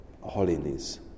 holiness